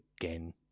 again